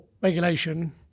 regulation